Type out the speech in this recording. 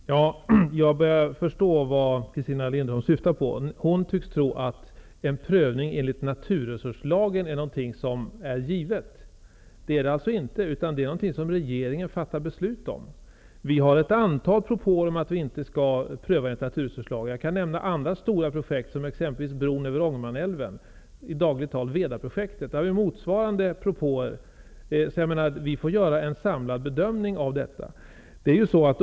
Fru talman! Jag börjar förstå vad Christina Linderholm syftar på. Hon tycks tro att en prövning enligt naturresurslagen är något som är givet. Det är det alltså inte, utan det är något som regeringen fattar beslut om. Vi har ett antal propåer om att vi inte skall pröva detta enligt naturresurslagen. Jag kan nämna ett annat stort projekt, nämligen bron över Ångermanälven, i dagligt tal Vedaprojektet, där vi har fått motsvarande propåer. Vi får alltså göra en samlad bedömning av detta.